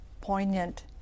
poignant